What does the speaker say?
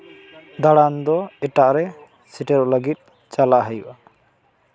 ᱫᱟᱬᱟᱱ ᱫᱚ ᱮᱴᱟᱜ ᱨᱮ ᱥᱮᱴᱮᱨᱚᱜ ᱞᱟᱹᱜᱤᱫ ᱪᱟᱞᱟᱜ ᱦᱩᱭᱩᱜᱼᱟ